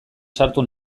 sartu